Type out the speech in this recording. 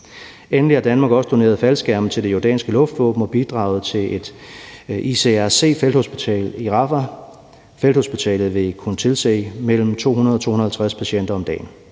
Endelig har Danmark også doneret faldskærme til det jordanske luftvåben og bidraget til et ICRC-felthospital i Rafah. Felthospitalet vil kunne tilse mellem 200-250 patienter om dagen.